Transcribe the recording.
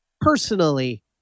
personally